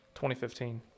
2015